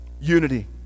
unity